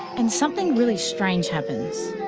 and something really strange happens.